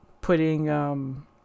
putting